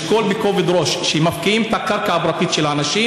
לשקול בכובד ראש שכשמפקיעים את הקרקע הפרטית של האנשים,